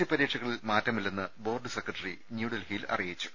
E പരീക്ഷകളിൽ മാറ്റ മില്ലെന്ന് ബോർഡ് സെക്രട്ടറി ന്യൂഡൽഹിയിൽ അറിയി ച്ചു